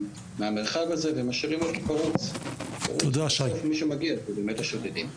מהמרחב הזה ומשאירים אותו פרוץ ואז מי שמגיע זה באמת השודדים.